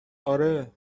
آره